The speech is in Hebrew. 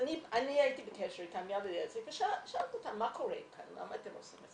אני הייתי בקשר עם יד אליעזר ושאלתי אותם "למה אתם עושים את